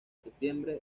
septiembre